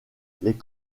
les